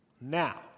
Now